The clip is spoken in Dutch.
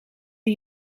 die